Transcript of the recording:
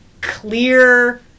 clear